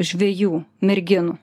žvejų merginų